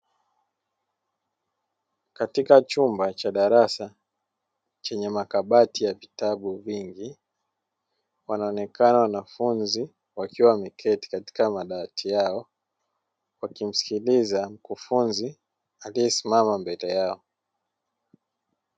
Katika chumba cha darasa chenye makabati ya vitabu vingi panaonekana wanafunzi wakiwa wameketi katika madawati yao wakimsikiliza mkufunzi aliyesimama mbele yao.